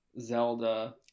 zelda